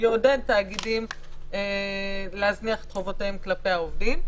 יעודד תאגידים להזניח את חובותיהם כלפי העובדים.